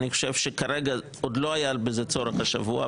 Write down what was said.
אני חושב שכרגע עוד לא היה צורך בזה השבוע,